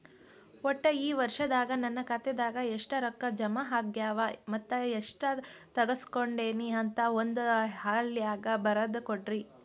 ಒಟ್ಟ ಈ ವರ್ಷದಾಗ ನನ್ನ ಖಾತೆದಾಗ ಎಷ್ಟ ರೊಕ್ಕ ಜಮಾ ಆಗ್ಯಾವ ಮತ್ತ ಎಷ್ಟ ತಗಸ್ಕೊಂಡೇನಿ ಅಂತ ಒಂದ್ ಹಾಳ್ಯಾಗ ಬರದ ಕೊಡ್ರಿ